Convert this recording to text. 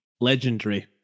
legendary